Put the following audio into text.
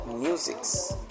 musics